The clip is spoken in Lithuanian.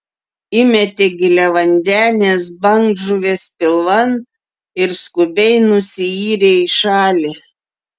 įmetė giliavandenės bangžuvės pilvan ir skubiai nusiyrė į šalį